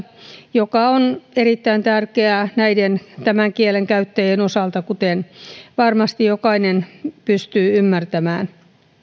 joka on erittäin tärkeää tämän kielen käyttäjien osalta kuten varmasti jokainen pystyy ymmärtämään